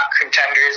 contenders